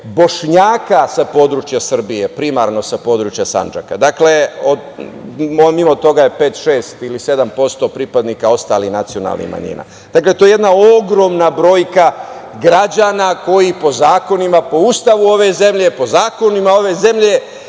Bošnjaka sa područja Srbije, primarno sa područja Sandžaka. Nivo toga je 5, 6 ili 7% pripadnika ostalih nacionalnih manjina. To je jedna ogromna brojka građana koji po zakonima, po Ustavu ove zemlje, po zakonima ove zemlje